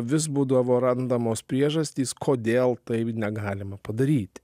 vis būdavo randamos priežastys kodėl taip negalima padaryti